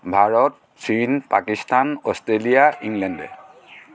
ভাৰত চীন Pakistan Australia England